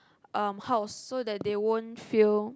um house so that they won't feel